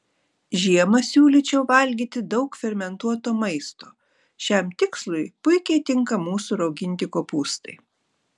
žiemą siūlyčiau valgyti daug fermentuoto maisto šiam tikslui puikiai tinka mūsų rauginti kopūstai